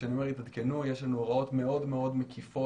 וכשאני אומר התעדכנו, יש לנו הוראות מאוד מקיפות.